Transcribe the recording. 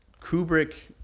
Kubrick